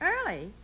Early